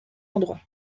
endroits